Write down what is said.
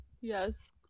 yes